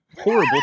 horrible